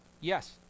Yes